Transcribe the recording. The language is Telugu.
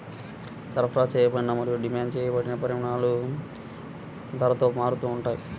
సరఫరా చేయబడిన మరియు డిమాండ్ చేయబడిన పరిమాణాలు ధరతో మారుతూ ఉంటాయి